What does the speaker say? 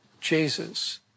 Jesus